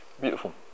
Beautiful